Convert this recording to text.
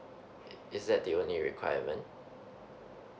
is is that the only requirement